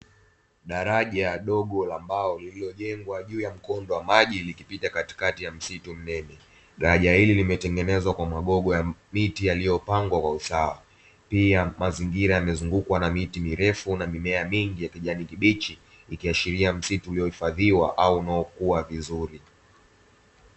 Daraja dogo la mbao lililojengwa juu ya mkondo wa maji likipita katikati ya msitu mnene. Daraja hili limetengenezwa kwa magogo ya miti yaliyopangwa kwa usawa, pia mazingira yamezungukwa na miti mirefu na mimea mingi ya kijani kibichi ikiashiria msitu uliohifadhiwa au unaokua vizuri.